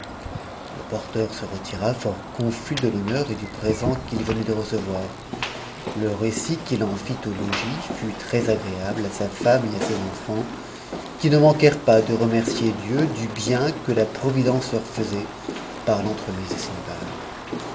le porteur se retira fort confus de t'houncur et du pt'tw venait de recevoi i c récit u'tt en ut au logis tut ttf's m f omc et à ses enfants qui ne manquèrent pas de remercier dieu du que la providence leur faisait par l'entremise